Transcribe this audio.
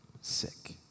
sick